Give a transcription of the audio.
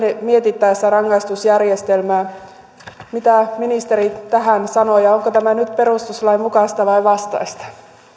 mietittäessä rangaistusjärjestelmää mitä ministeri tähän sanoo ja onko tämä nyt perustuslain mukaista vai vastaista